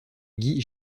guy